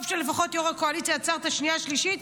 טוב שלפחות יו"ר הקואליציה עצר את השנייה והשלישית.